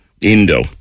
Indo